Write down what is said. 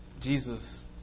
Jesus